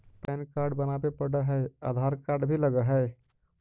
Pan card बनावे पडय है आधार कार्ड भी लगहै?